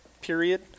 period